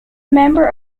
member